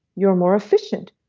you're more efficient,